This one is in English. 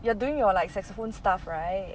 you are doing your like saxophone stuff right